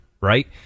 right